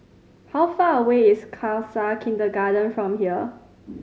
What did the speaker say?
how far away is Khalsa Kindergarten from here